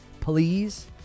please